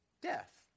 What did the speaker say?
death